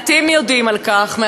מעטים יודעים על כך,